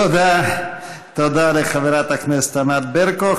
תודה לחברת הכנסת ענת ברקו.